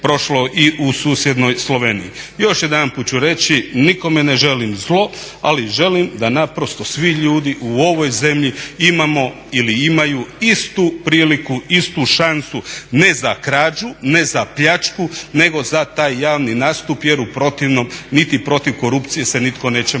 prošlo i u susjednoj Sloveniji. Još jedanput ću reći, nikome ne želim zlo, ali želim da naprosto svi ljudi u ovoj zemlji imamo ili imaju istu priliku, istu šansu ne za krađu, ne za pljačku nego za taj javni nastup jer u protivnom niti protiv korupcije se nitko neće moći